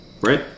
Right